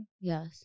yes